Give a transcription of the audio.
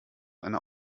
einer